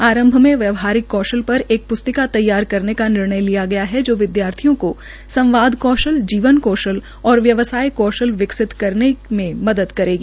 आरंभ में व्यावहारिक कौशल पर एक प्स्तिका तैयार करने का निर्णय लिया गया है जो विद्यार्थियों को संवाद कौशल जीवन कौशल और व्यवसाय कौशल विकसित करने में मदद करेगी